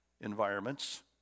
environments